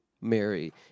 Mary